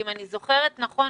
אם אני זוכרת נכון,